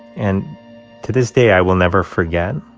and to this day, i will never forget,